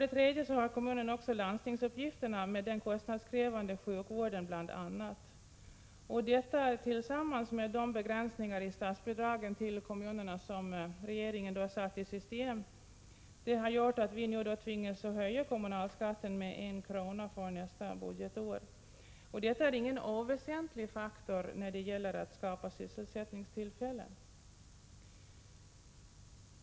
Det tredje skälet är att kommunen också har landstingsuppgifterna, med den kostnadskrävande sjukvården bl.a. Detta tillsammans med de begränsningar i statsbidragen till kommunerna som regeringen satt i system har gjort att vi tvingats höja kommunalskatten med 1 kr. för nästa budgetår. Detta är ingen oväsentlig faktor när det gäller att skapa sysselsättningstillfällen.